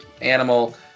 animal